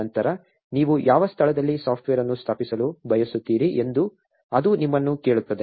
ನಂತರ ನೀವು ಯಾವ ಸ್ಥಳದಲ್ಲಿ ಸಾಫ್ಟ್ವೇರ್ ಅನ್ನು ಸ್ಥಾಪಿಸಲು ಬಯಸುತ್ತೀರಿ ಎಂದು ಅದು ನಿಮ್ಮನ್ನು ಕೇಳುತ್ತದೆ